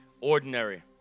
ordinary